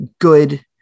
good